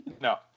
No